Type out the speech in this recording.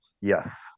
Yes